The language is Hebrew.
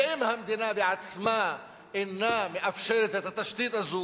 ואם המדינה בעצמה אינה מאפשרת את התשתית הזאת